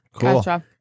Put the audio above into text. cool